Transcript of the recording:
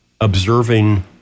observing